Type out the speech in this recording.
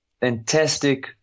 fantastic